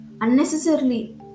unnecessarily